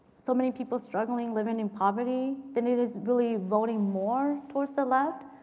so many people struggling, living in poverty, then it is really voting more towards the left.